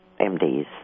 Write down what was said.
MDs